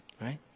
Right